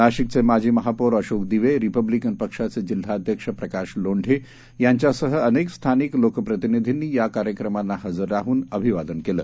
नाशिकचे माजी महापौर अशोक दिवे रिपब्लिकन पक्षाचे जिल्हाध्यक्ष प्रकाश लोंढे यांच्यासह अनेक स्थानिक लोकप्रतिनिधींनी या कार्यक्रमांना हजर राहून अभिवादन केलं